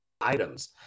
items